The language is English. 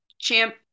champ